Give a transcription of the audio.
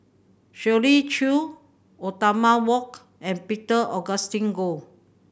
Shirley Chew Othman Wok and Peter Augustine Goh